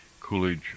Coolidge